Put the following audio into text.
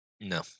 No